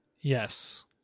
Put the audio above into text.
Yes